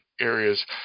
areas